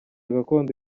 gakondo